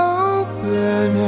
open